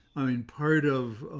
i mean, part of